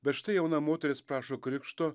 bet štai jauna moteris prašo krikšto